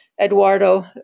Eduardo